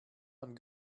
man